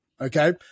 Okay